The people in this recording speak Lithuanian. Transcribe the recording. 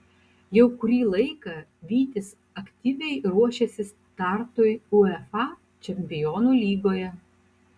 jau kurį laiką vytis aktyviai ruošiasi startui uefa čempionų lygoje